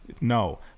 No